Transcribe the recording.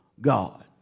God